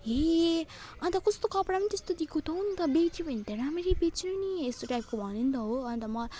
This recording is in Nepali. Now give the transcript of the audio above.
ए अनि त कस्तो कपडा पनि त्यस्तो दिएको त हो नि त बेच्यो भने त राम्ररी बेच्नु नि यस्तो टाइपको भन्यो नि त हो अनि त म